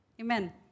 Amen